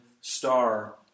star